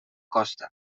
costa